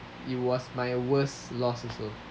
it was my worst loss also